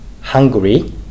hungry